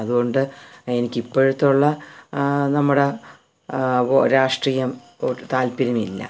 അതുകൊണ്ട് എനിക്കിപ്പോഴത്തേക്കുള്ള നമ്മുടെ അപ്പോൾ രാഷ്ട്രീയം ഇപ്പോൾ താൽപ്പര്യമില്ല